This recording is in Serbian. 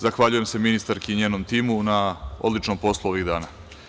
Zahvaljujem se ministarki i njenom timu na odličnom poslu ovih dana.